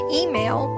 email